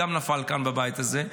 גם נפל כאן בבית הזה.